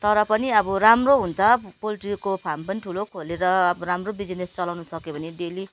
तर पनि अब राम्रो हुन्छ पोल्ट्रीको फार्म पनि ठुलो खोलेर अब राम्रो बिजिनेस चलाउनु सक्यो भने डेली